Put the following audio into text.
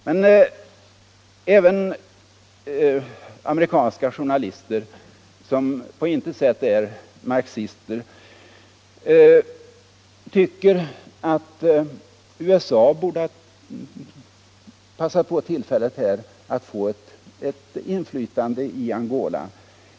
Men även amerikanska journalister som på intet sätt är marxister tycker att USA borde ha passat på tillfället att få ett inflytande i Angola.